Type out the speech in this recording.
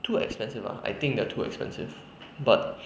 too expensive ah I think they're too expensive but